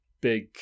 big